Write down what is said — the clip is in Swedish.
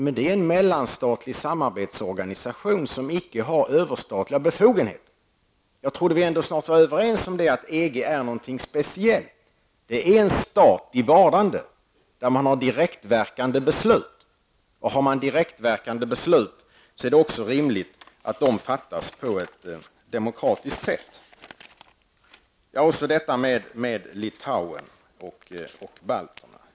Det rör sig om en mellanstatlig samarbetsorganisation som icke har överstatliga befogenheter. Jag trodde att vi var överens om att EG ändå är någonting speciellt. Det är en stat i vardande, där man har direktverkande beslut. Har man direktverkande beslut är det också rimligt att besluten fattas på ett demokratiskt sätt. Sedan till Litauen och balterna.